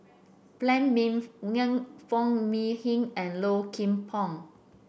Phan Ming Yen Foo Mee Hin and Low Kim Pong